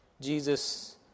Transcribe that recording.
Jesus